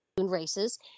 races